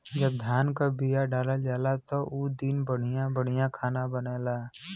जब धान क बिया डालल जाला त उ दिन बढ़िया बढ़िया खाना बनला